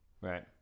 Right